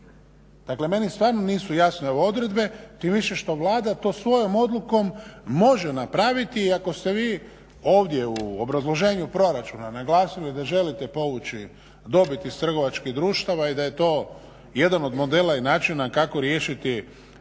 Dakle, meni stvarno nisu jasne ove odredbe tim više što Vlada to svojom odlukom može napraviti. I ako ste vi ovdje u obrazloženju proračuna naglasili da želite povući dobit iz trgovačkih društava i da je to jedan od modela i načina kako riješiti